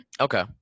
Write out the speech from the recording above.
okay